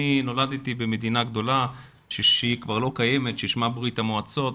אני נולדתי במדינה גדולה שכבר לא קיימת ששמה ברית המועצות,